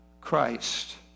Christ